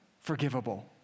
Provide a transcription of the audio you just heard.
forgivable